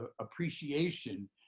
appreciation